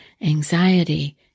anxiety